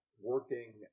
working